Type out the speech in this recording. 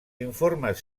informes